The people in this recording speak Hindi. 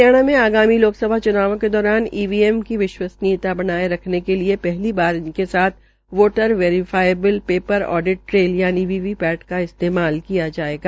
हरियाणा में आगामी लोकसभा च्नावों के दौरान ईवीएम की विश्वसनीयता बनायो रखने के लिये हली बार वोटर वेरिफियेबल र ऑडिट ट्रेल यानि वी पी ऐट का इस्तेमाल किया जायेंगा